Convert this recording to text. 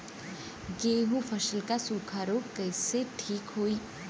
गेहूँक फसल क सूखा ऱोग कईसे ठीक होई?